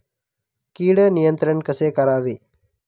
कीड नियंत्रण कसे करावे?